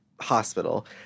hospital